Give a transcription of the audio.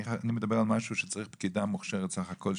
אני מדבר על משהו שצריך פקידה מוכשרת בסך הכול,